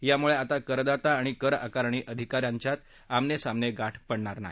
यामुळे आता करदाता आणि करआकारणी अधिका यांच्यात आमने सामने गाठ पडणार नाही